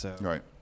Right